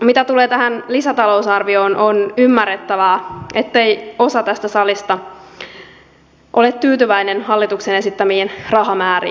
mitä tulee tähän lisätalousarvioon on ymmärrettävää ettei osa tästä salista ole tyytyväinen hallituksen esittämiin rahamääriin